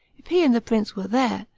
if he and the prince were there,